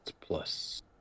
plus